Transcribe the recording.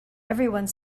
everyone